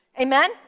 Amen